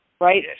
right